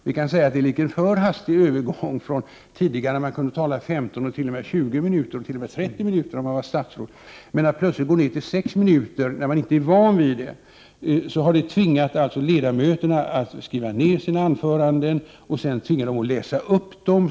Det är en litet för hastig övergång från tidigare, när man kunde tala i 15 eller 20 minuter, och t.o.m. 30 om man varstatsråd. Att plötsligt gå ned till 6 minuter, när man inte är van vid så litet, har tvingat ledamöterna att skriva ned sina anföranden och sedan läsa upp dem.